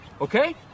okay